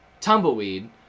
Tumbleweed